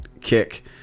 kick